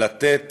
לתת